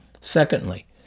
secondly